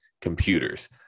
computers